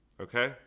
Okay